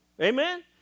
Amen